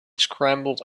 scrambled